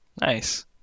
Nice